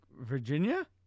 Virginia